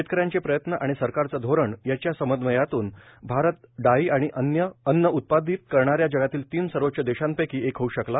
शेतकऱ्यांचे प्रयत्न आणि सरकारचं धोरण यांच्या समव्वयातून भारत डाळी आणि अन्य अव्ज उत्पादित करणाऱ्या जगातील तीन सर्वोच्च देशांपैकी एक होऊ शकला